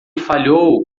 falhou